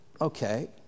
Okay